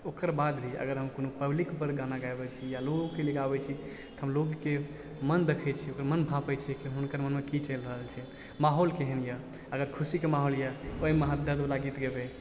ओकरबाद भी अगर हम कोनो पब्लिकपर गाना गाबय छी या लोगोके लिये गाबय छी तऽ हम लोगके मन देखय छी ओकर मन भाँपय छी कि हुनकर मनमे कि चलि रहल छै माहौल केहन यऽ अगर खुशीके माहौल यऽ ओइमे अहाँ दर्दवला गीत गेबय